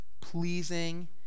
pleasing